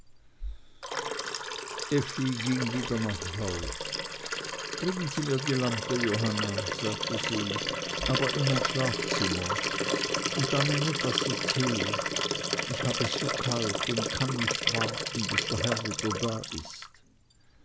ging wieder nach haus bringen sie mir die lampe johanna sagte sie aber in mein schlafzimmer und dann eine tasse tee ich hab es so kalt und kann nicht warten bis der herr wieder da ist